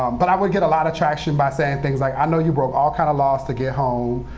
but i would get a lot of traction by saying things like, i know you broke all kind of laws to get home,